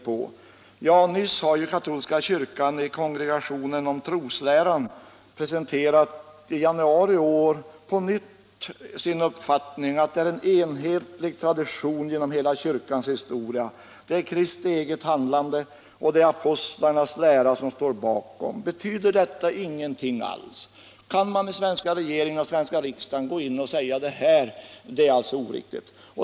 Nyligen har katolska kyrkan i Kongregationen för troslära i januari i år på nytt presenterat sin uppfattning, nämligen att här är det fråga om en enhetlig tradition genom hela kyrkans historia; det är Kristi eget handlande och apostlarnas lära som står bakom. Betyder detta ingenting alls? Kan då den svenska regeringen och riksdagen nu säga att detta är oriktigt?